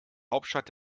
hauptstadt